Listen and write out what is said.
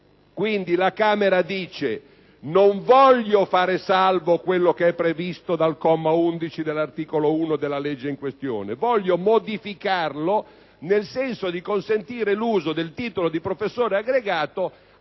Quindi, la Camera dei deputati non vuole fare salvo quanto è previsto dal comma 11 dell'articolo 1 della legge in questione, ma modificarlo nel senso di consentire l'uso del titolo di professore aggregato